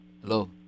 Hello